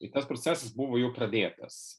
ir tas procesas buvo jau pradėtas